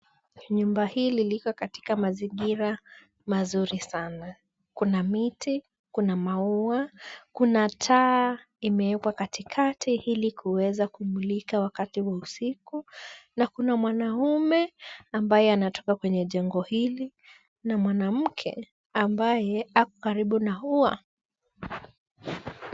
Nyumba hili liko katika mazingira mazuri sana. Kuna miti, kuna maua, kuna taa imewekwa katikati ili kuweza kumulika wakati wa usiku na kuna mwanaume ambaye anatoka kwenye jengo hili na mwanamke ambaye ako karibu na ua.